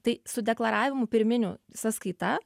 tai su deklaravimu pirminiu sąskaita